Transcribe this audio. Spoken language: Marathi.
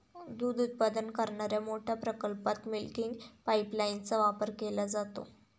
दूध उत्पादन करणाऱ्या मोठ्या प्रकल्पात मिल्किंग पाइपलाइनचा वापर केला जातो